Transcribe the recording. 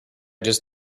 just